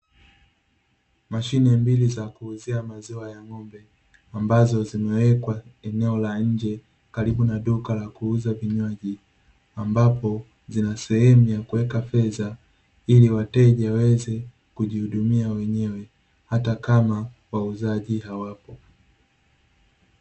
Mashine mbili za kuuzia maziwa ya ng'ombe, ambazo zimewekwa eneo la nje karibu na duka la kuuza vinywaji, ambapo zina sehemu ya kuweka fedha ili wateja waweze kujihudumia wenyewe hata kama wauzaji hawapo.